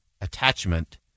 attachment